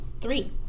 three